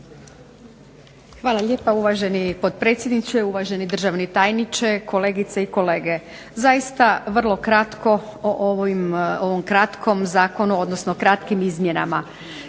Hvala lijepa, uvaženi potpredsjedniče. Uvaženi državni tajniče, kolegice i kolege. Zaista vrlo kratko o ovom kratkom zakonu odnosno kratkim izmjenama.